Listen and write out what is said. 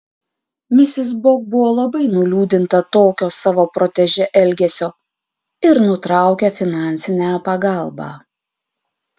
misis bok buvo labai nuliūdinta tokio savo protežė elgesio ir nutraukė finansinę pagalbą